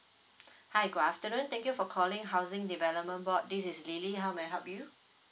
hi good afternoon thank you for calling housing development board this is lily how may I help you